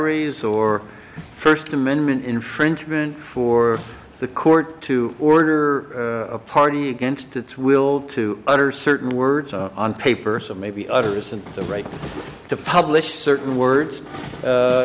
es or first amendment infringement for the court to order a party against its will to under certain words on paper so maybe others and the right to publish